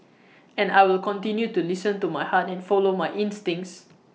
and I will continue to listen to my heart and follow my instincts